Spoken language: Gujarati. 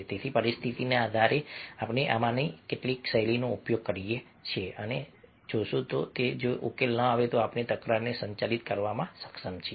તેથી પરિસ્થિતિના આધારે આપણે આમાંની એક શૈલીનો ઉપયોગ કરી શકીએ છીએ અને જોશું કે જો ઉકેલ ન આવે તો આપણે તકરારને સંચાલિત કરવામાં સક્ષમ છીએ